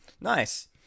Nice